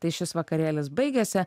tai šis vakarėlis baigėsi